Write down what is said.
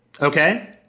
okay